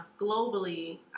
globally